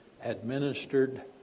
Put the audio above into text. administered